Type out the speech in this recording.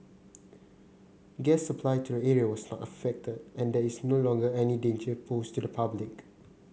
gas supply to the area was not affected and there's no longer any danger posed to the public